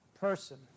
person